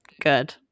good